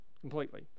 completely